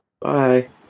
Bye